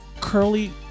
curly